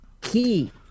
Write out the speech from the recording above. key